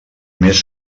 més